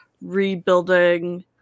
rebuilding